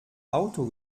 auto